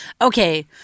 Okay